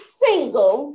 single